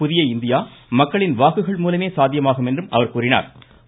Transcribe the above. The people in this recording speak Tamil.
புதிய இந்தியா மக்களின் வாக்குகள் மூலமே சாத்தியமாகும் என்று அவர் கூறினாா்